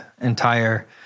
entire